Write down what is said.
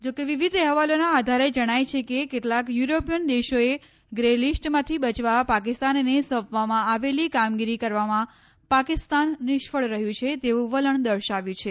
જોકે વિવિધ અહેવાલોના આધારે જણાય છે કે કેટલાક યુરોપીયન દેશોએ ગ્રે લીસ્ટમાંથી બચવા પાકિસ્તાનને સોંપવામાં આવેલી કામગીરી કરવામાં પાકિસ્તાન નિષ્ફળ રહ્યું છે તેવું વલણ દર્શાવ્યું છે